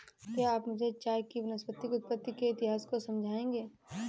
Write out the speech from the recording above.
क्या आप मुझे चाय के वानस्पतिक उत्पत्ति के इतिहास को समझाएंगे?